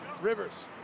Rivers